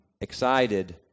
excited